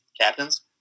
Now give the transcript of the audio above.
captains